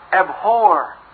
Abhor